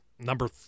number